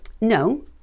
no